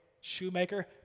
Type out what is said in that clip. shoemaker